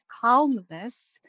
calmness